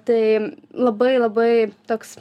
tai labai labai toks